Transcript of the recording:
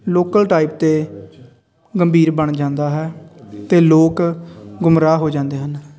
local type ਤੇ ਗੰਭੀਰ ਬਣ ਜਾਂਦਾ ਹੈ ਅਤੇ ਲੋਕ ਗੁਮਰਾਹ ਹੋ ਜਾਂਦੇ ਹਨ